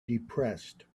depressed